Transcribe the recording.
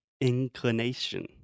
Inclination